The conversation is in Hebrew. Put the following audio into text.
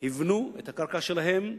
היוונו את הקרקע שלהן,